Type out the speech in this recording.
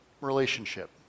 relationship